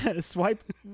Swipe